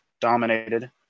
dominated